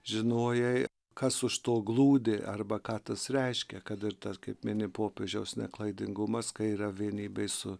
žinojai kas už to glūdi arba ką tas reiškia kad ir tas kaip mini popiežiaus neklaidingumas kai yra vienybėj su